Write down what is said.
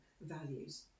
values